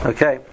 Okay